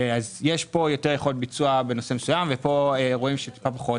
יש כאן יותר יכולת ביצוע בנושא מסוים וכאן רואים פחות.